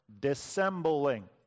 dissembling